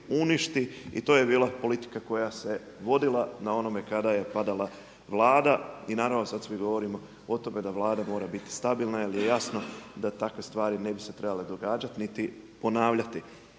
uništi i to je bila politika koja se vodila na onome kada je padala vlada. I naravno sada svi govorimo o tome da vlada mora biti stabilna jel je jasno da se takve stvari ne bi trebale događati ni ponavljati.